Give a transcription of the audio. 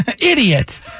Idiot